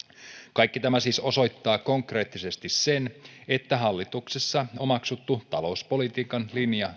kaikki tämä siis osoittaa konkreettisesti sen että hallituksessa omaksuttu talouspolitiikan linja